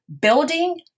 building